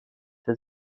der